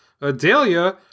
Adelia